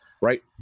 right